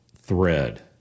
thread